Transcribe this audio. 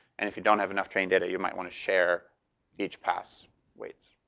and if you don't have enough training data, you might wanna share each pass weights.